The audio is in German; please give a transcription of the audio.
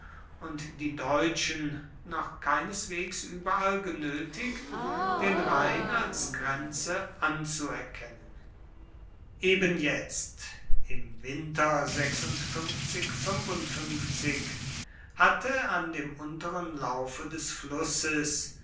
und die deutschen noch keineswegs überall genötigt den rhein als grenze anzuerkennen eben jetzt im winter hatte an dem unteren laufe des flusses